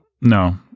no